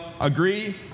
agree